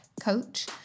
coach